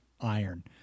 iron